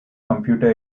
computer